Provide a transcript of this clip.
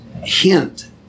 hint